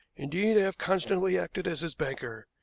indeed, i have constantly acted as his banker.